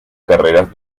carreras